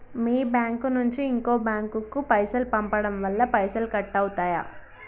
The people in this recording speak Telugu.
మీ బ్యాంకు నుంచి ఇంకో బ్యాంకు కు పైసలు పంపడం వల్ల పైసలు కట్ అవుతయా?